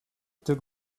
took